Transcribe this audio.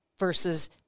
Versus